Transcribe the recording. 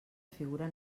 figura